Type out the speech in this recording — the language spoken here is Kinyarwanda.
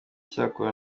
cyakora